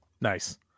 nice